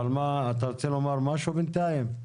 אבל אתה רוצה לומר משהו בינתיים?